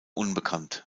unbekannt